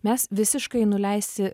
mes visiškai nuleisti